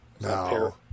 No